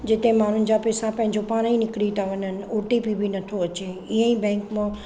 जिते माण्हुनि जा पैसा पंहिंजो पाण ई निकिरी था वञनि ओटीपी बि नथो अचे ईअं ई बैंक मां